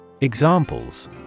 Examples